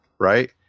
right